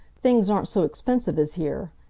things aren't so expensive as here.